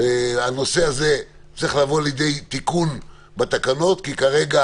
הנושא הזה צריך לבוא לידי תיקון בתקנות כי כרגע